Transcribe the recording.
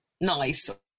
nice